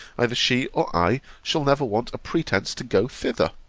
either she or i shall never want a pretence to go thither.